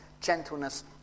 gentleness